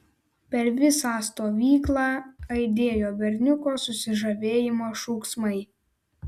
per visą stovyklą aidėjo berniuko susižavėjimo šūksmai